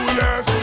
yes